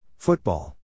Football